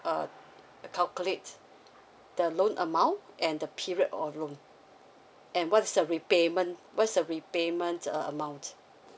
uh uh calculate the loan amount and the period of loan and what's the repayment what's the repayment uh amount